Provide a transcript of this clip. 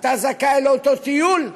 אתה זכאי לאותו טיול.